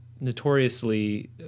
notoriously